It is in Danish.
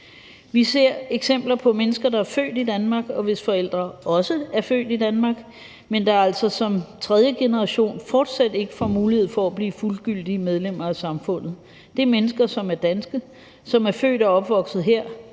Vi ser eksempler på mennesker, der er født i Danmark, og hvis forældre også er født i Danmark, men som altså som tredje generation fortsat ikke får mulighed for at blive fuldgyldige medlemmer af samfundet. Det er mennesker, som er danske, som er født og opvokset her,